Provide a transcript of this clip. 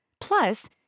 Plus